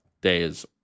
days